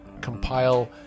compile